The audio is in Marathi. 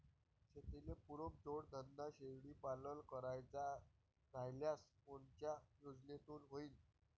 शेतीले पुरक जोडधंदा शेळीपालन करायचा राह्यल्यास कोनच्या योजनेतून होईन?